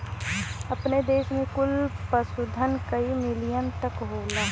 अपने देस में कुल पशुधन कई मिलियन तक होला